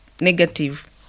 negative